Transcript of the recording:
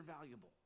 valuable